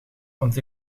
want